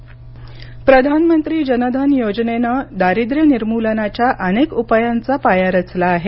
जनधन प्रधानमंत्री जनधन योजनेनं दारिद्र्य निर्मूलनाच्या अनेक उपायांचा पाया रचला आहे